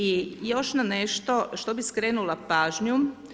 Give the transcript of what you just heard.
I još na nešto što bi skrenula pažnju.